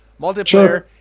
Multiplayer